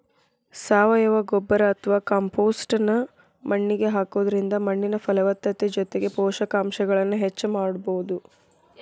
ಸಾವಯವ ಗೊಬ್ಬರ ಅತ್ವಾ ಕಾಂಪೋಸ್ಟ್ ನ್ನ ಮಣ್ಣಿಗೆ ಹಾಕೋದ್ರಿಂದ ಮಣ್ಣಿನ ಫಲವತ್ತತೆ ಜೊತೆಗೆ ಪೋಷಕಾಂಶಗಳನ್ನ ಹೆಚ್ಚ ಮಾಡಬೋದು